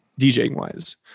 DJing-wise